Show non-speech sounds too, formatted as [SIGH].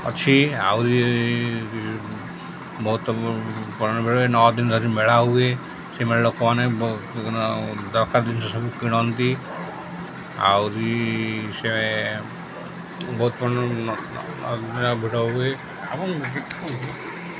ଅଛି ଆହୁରି ବହୁତ [UNINTELLIGIBLE] ଭିଡ଼ ହୁଏ ନଅ ଦିନ ଧରି ମେଳା ହୁଏ ସେ ଲୋକମାନେ ଦରକାର ଜିନିଷ ସବୁ କିଣନ୍ତି ଆହୁରି ସେ ବହୁତ [UNINTELLIGIBLE] ଭିଡ଼ ହୁଏ ଏବଂ